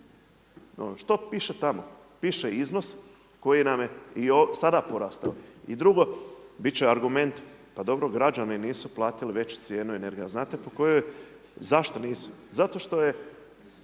Što piše tamo. Piše iznos koji nam je i sada porastao. I drugo, biti će argument, pa dobro građani nisu platili veću cijenu energije. A znate po kojoj, zašto nisu? Zato što je